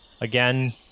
Again